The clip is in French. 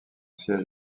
siège